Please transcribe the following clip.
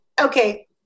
okay